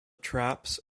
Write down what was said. traps